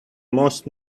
most